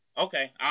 okay